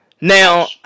Now